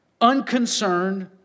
unconcerned